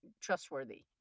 trustworthy